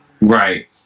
Right